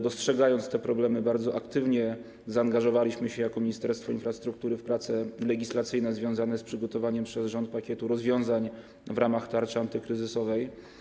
Dostrzegając te problemy, bardzo aktywnie zaangażowaliśmy się jako Ministerstwo Infrastruktury w prace legislacyjne związane z przygotowaniem przez rząd pakietu rozwiązań w ramach tarczy antykryzysowej.